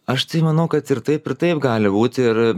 aš manau kad ir taip ir taip gali būti ir